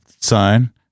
sign